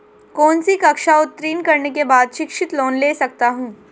कौनसी कक्षा उत्तीर्ण करने के बाद शिक्षित लोंन ले सकता हूं?